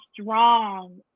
strong